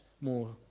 more